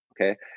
Okay